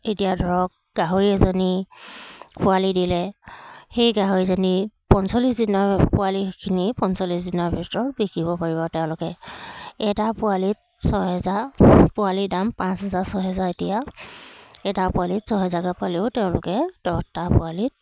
এতিয়া ধৰক গাহৰি এজনী পোৱালি দিলে সেই গাহৰিজনী পঞ্চল্লিছ দিনৰ পোৱালিখিনি পঞ্চল্লিছ দিনৰ ভিতৰত বিকিব পাৰিব তেওঁলোকে এটা পোৱালিত ছহেজাৰ পোৱালি দাম পাঁচ হেজাৰ ছহেজাৰ এতিয়া এটা পোৱালিত ছহেজাৰকৈ পালেও তেওঁলোকে দহটা পোৱালিত